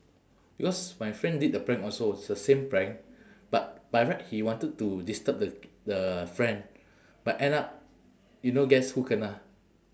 because my friend did the prank also it's the same prank but by right he wanted to disturb the the friend but end up you know guess who kena